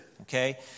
okay